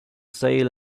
sail